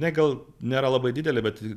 na gal nėra labai didelė bet